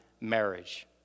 marriage